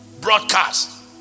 broadcast